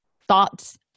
thoughts